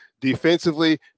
defensively